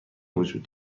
وجود